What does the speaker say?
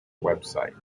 website